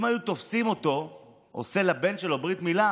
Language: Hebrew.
אם היו תופסים אותו עושה לבן שלו ברית מילה,